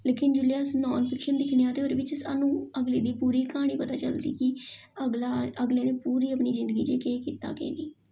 लेकिन जिसलै अस नॉन फिक्शन बिच्च दिक्खने आं ते ओह्दे बिच्च सानूं अगले दी पूरी क्हानी पता चलदी कि अगला अगले ने पूरी अपनी जिन्दगी च केह् कीता केह् नेईं